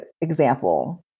example